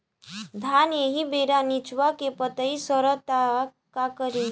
धान एही बेरा निचवा के पतयी सड़ता का करी?